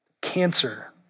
Cancer